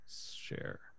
share